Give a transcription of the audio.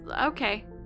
okay